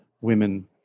women